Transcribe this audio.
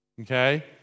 okay